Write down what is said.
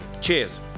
Cheers